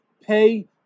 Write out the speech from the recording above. pay